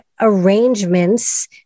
arrangements